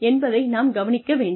என்பதை நாம் கவனிக்க வேண்டும்